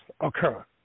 occur